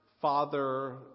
father